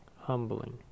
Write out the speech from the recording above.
humbling